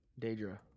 Daedra